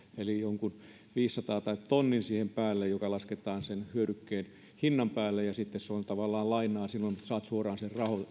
eli jonkun viisisataa tai tonnin joka lasketaan sen hyödykkeen hinnan päälle se on tavallaan lainaa ja saat sen